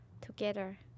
Together